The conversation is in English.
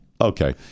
okay